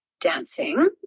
dancing